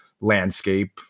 landscape